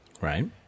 Right